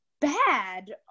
bad